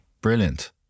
Brilliant